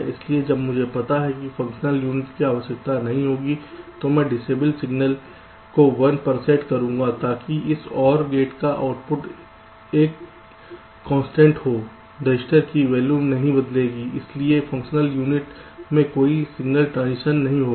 इसलिए जब मुझे पता है कि फंक्शनल यूनिट की आवश्यकता नहीं होगी तो मैं डिसएबल सिग्नल को 1 पर सेट करूंगा ताकि इस OR गेट का आउटपुट एक कांस्टेंट हो रजिस्टर की वैल्यू नहीं बदलेगी और इसलिए फंक्शनल यूनिट में कोई सिग्नल ट्रांजिशन नहीं होगा